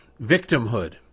victimhood